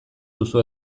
duzu